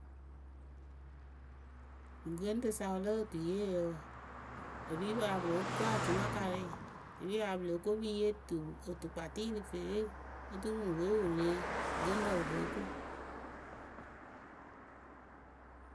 Gɨŋrǝ sa lo otuyeyǝ wǝǝ epipǝ ya pɨ lóo ko acʊmakarɩ epipǝ ya pɨ lóo ko pɨŋ yee tu otukpatɩ rɨ fee oturu wɨŋ we wɨ re gɨŋrǝ wɨ lóo ko.